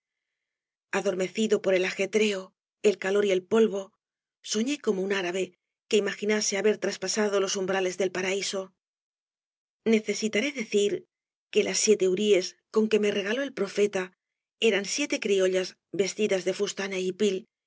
adormecido por el ajetreo el calor y el polvo soñé como un árabe que imaginase haber traspasado los umbrales del paraíso necesitaré decir que las siete huríes con que me regaló el profeta eran siete criollas vestidas de fustán é hipil